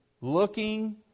looking